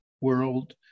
world